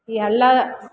ಎಲ್ಲ